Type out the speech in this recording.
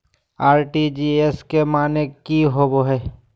RTGS के माने की होबो है?